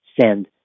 send